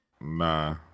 Nah